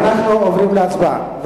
אנחנו עוברים להצבעה.